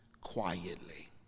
quietly